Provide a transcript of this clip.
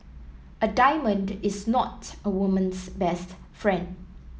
a diamond is not a woman's best friend